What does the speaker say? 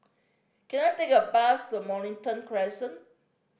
can I take a bus to Mornington Crescent